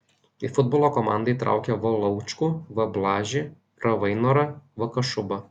į futbolo komandą įtraukė v laučkų v blažį r vainorą v kašubą